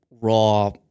raw